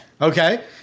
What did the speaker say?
okay